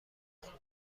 خونه